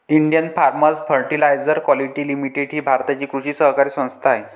Indian Farmers Fertiliser Quality Limited ही भारताची कृषी सहकारी संस्था आहे